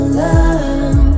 love